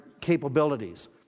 capabilities